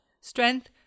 Strength